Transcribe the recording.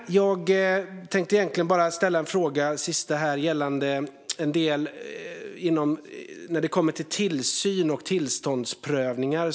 Jag tänkte egentligen bara ställa en sista fråga gällande det som handlar om tillsyn och tillståndsprövningar.